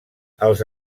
els